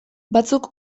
batzuk